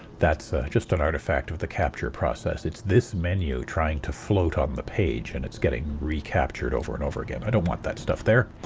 that's just an artefact of the capture process it's this menu trying to float on the page and it's getting recaptured over and over again. i don't want that stuff there.